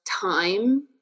time